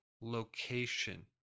location